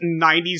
90s